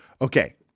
Okay